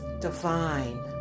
divine